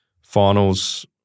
finals